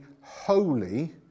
holy